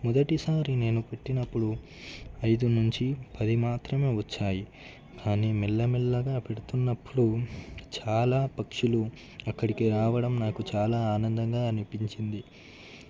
మొదటిసారి నేను పుట్టినప్పుడు ఐదు నుంచి పది మాత్రమే వచ్చాయి కానీ మెల్లమెల్లగా పెడుతున్నప్పుడు చాలా పక్షులు అక్కడికి రావడం నాకు చాలా ఆనందంగా అనిపించింది